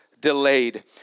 delayed